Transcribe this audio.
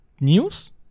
News